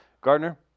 Gardner